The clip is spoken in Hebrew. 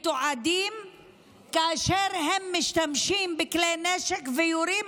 מתועדים כאשר הם משתמשים בכלי נשק ויורים